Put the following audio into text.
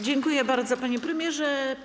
Dziękuję bardzo, panie premierze.